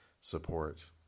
support